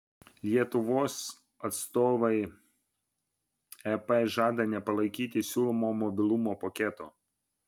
lietuvos atstovai ep žada nepalaikyti siūlomo mobilumo paketo